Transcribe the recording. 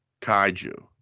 kaiju